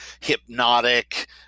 hypnotic